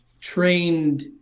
trained